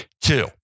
Two